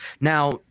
Now